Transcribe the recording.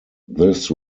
this